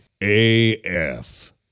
AF